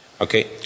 Okay